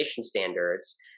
standards